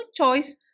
choice